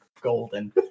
golden